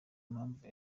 mpamvu